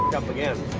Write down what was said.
up again.